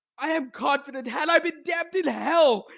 i am confident, had i been damn'd in hell,